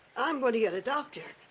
i'm but yeah and doctor.